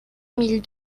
mille